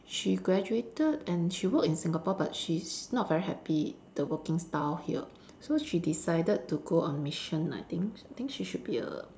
she graduated and she work in Singapore but she's not very happy the working style here so she decided to go on mission I think I think she should be a